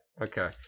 Okay